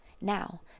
Now